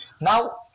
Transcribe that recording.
Now